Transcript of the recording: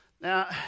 Now